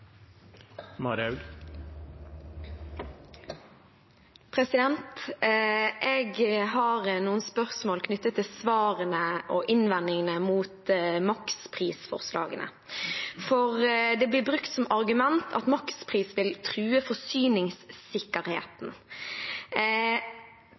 Jeg har noen spørsmål knyttet til svarene og innvendingene mot maksprisforslagene. Det blir brukt som argument at makspris vil true